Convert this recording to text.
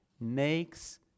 makes